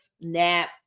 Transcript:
nap